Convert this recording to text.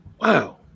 Wow